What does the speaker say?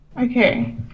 Okay